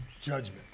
judgment